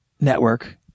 network